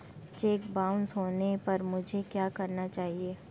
Check bounce होने पर मुझे क्या करना चाहिए?